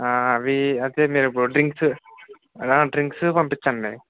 అవీ అదే drinks drinks పంపించండి